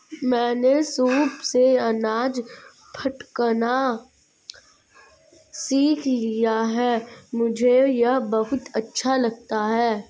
मैंने सूप से अनाज फटकना सीख लिया है मुझे यह बहुत अच्छा लगता है